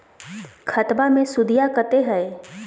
खतबा मे सुदीया कते हय?